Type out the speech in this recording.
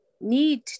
need